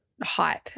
hype